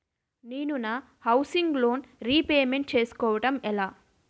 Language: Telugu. నేను నా హౌసిగ్ లోన్ రీపేమెంట్ చేసుకోవటం ఎలా?